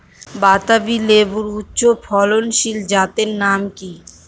বাতাবি লেবুর উচ্চ ফলনশীল জাতের নাম কি?